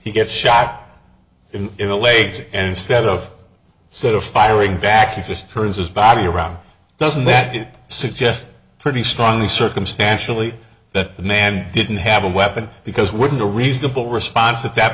he gets shot in the legs and instead of sort of firing back you just heard his body around doesn't that suggest pretty strongly circumstantially that the man didn't have a weapon because wouldn't a reasonable response at that